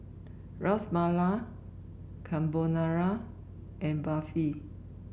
Ras Malai Carbonara and Barfi